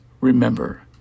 Remember